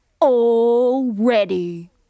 already